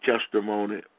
testimony